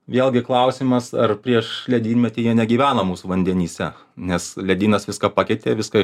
vėlgi klausimas ar prieš ledynmetį jie negyveno mūsų vandenyse nes ledynas viską pakeitė viską